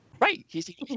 right